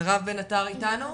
מירב בן עטר איתנו?